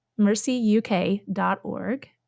MercyUK.org